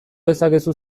dezakezu